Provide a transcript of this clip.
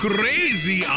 Crazy